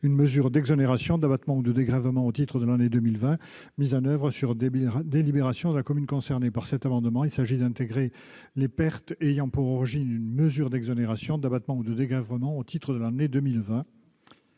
une mesure d'exonération, d'abattement ou de dégrèvement au titre de l'année 2020 mise en oeuvre sur délibération de la commune concernée. Cet amendement vise à intégrer les pertes ayant pour origine une mesure d'exonération, d'abattement ou de dégrèvement au titre de l'année 2020